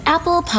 Apple